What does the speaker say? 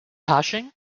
hashing